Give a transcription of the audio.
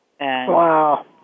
Wow